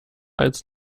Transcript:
als